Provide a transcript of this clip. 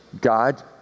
God